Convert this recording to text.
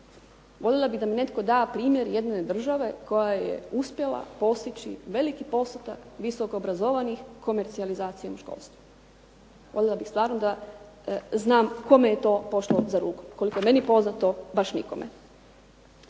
Voljela bih da mi netko da primjer jedne države koja je uspjela postići veliki postotak visoko obrazovanih komercijalizacijom školstva. Voljela bih stvarno da znam kome je to pošlo za rukom. Koliko je meni poznato baš nikome.